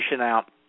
out